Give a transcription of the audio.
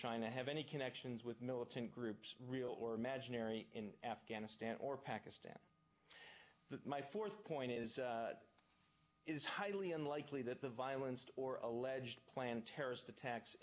china have any connections with militant groups real or imaginary in afghanistan or pakistan but my fourth point is it is highly unlikely that the violence or alleged planned terrorist attacks